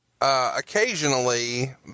Occasionally